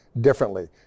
differently